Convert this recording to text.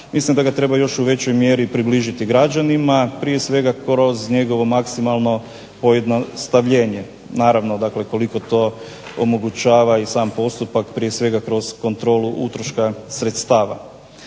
mislim da ga treba još u većoj mjeri približiti građanima prije svega kroz njegovo maksimalno pojednostavljenje. Naravno, koliko to omogućava i sam postupak prije svega kroz kontrolu utroška sredstava.